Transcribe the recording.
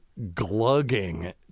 glugging